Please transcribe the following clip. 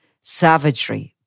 savagery